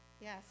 yes